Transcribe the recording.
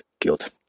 guilt